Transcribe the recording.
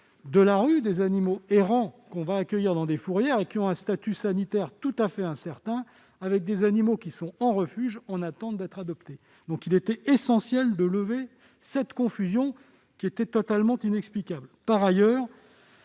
mélanger les animaux errants issus de la rue accueillis dans des fourrières et dont le statut sanitaire est incertain avec des animaux qui sont en refuge et en attente d'être adoptés. Il était donc essentiel de lever cette confusion, qui était totalement inexplicable.